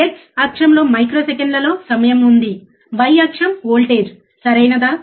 X అక్షంలో మైక్రోసెకన్లలో సమయం ఉంది y అక్షం వోల్టేజ్ సరియైనదా